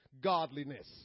godliness